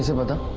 ah mother?